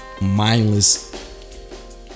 mindless